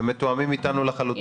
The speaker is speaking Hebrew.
הם מתואמים איתנו לחלוטין,